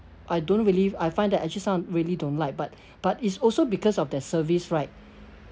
I don't believe I find that actually some really don't like but but it's also because of their service right